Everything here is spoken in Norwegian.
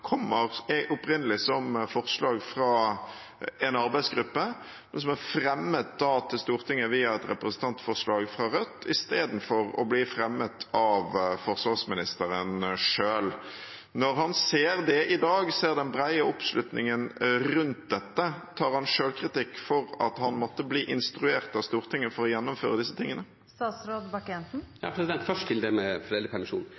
er fremmet til Stortinget via et representantforslag fra Rødt, istedenfor å bli fremmet av forsvarsministeren selv. Når han ser det i dag, ser den brede oppslutningen rundt dette, tar han selvkritikk for at han måtte bli instruert av Stortinget for å gjennomføre disse tingene? Først til det med foreldrepermisjon.